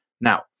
Now